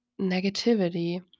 negativity